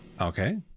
Okay